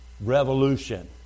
revolution